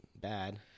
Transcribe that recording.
bad